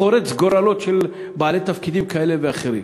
וזה חורץ גורלות של בעלי תפקידים כאלה ואחרים.